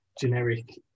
generic